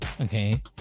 okay